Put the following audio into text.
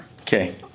Okay